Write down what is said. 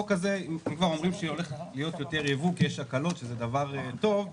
אתם אומרים שהולך להיות יותר ייבוא, שזה דבר טוב,